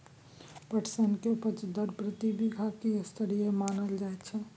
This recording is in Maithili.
पटसन के उपज दर प्रति बीघा की स्तरीय मानल जायत छै?